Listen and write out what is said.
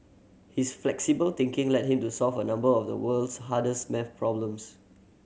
his flexible thinking led him to solve a number of the world's hardest maths problems